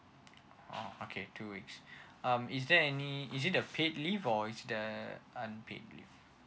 oh okay two weeks um is there any uh is it the paid leave or is that uh unpaid leave